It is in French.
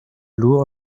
lourd